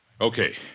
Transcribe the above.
Okay